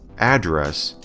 address,